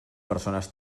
persones